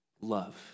love